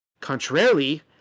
Contrarily